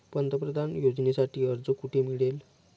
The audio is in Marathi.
पंतप्रधान योजनेसाठी अर्ज कुठे मिळेल?